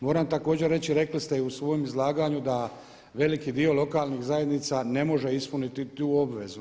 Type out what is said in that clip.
Moram također reći, rekli ste i u svojem izlaganju da veliki dio lokalnih zajednica ne može ispuniti tu obvezu.